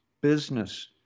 business